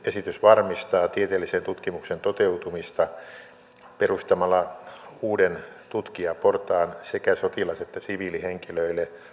lakiesitys varmistaa tieteellisen tutkimuksen toteutumista perustamalla uuden tutkijaportaan sekä sotilas että siviilihenkilöille apulaisprofessorin virkoina